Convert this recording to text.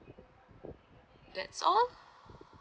that's all